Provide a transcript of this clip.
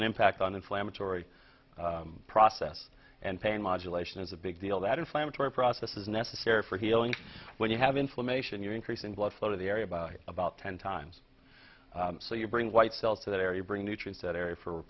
an impact on inflammatory process and pain modulation is a big deal that inflammatory process is necessary for healing when you have inflammation you're increasing blood flow to the area by about ten times so you bring white cells to that area bring nutrients that area for